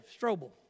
Strobel